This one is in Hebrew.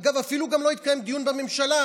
אגב, אפילו לא התקיים דיון בממשלה.